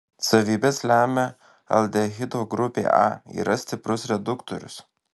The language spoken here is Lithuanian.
savybes lemia aldehido grupė a yra stiprus reduktorius